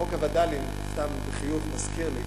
חוק הווד"לים, סתם בחיוך, מזכיר לי,